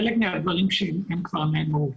חלק מהדברים כבר נאמרו.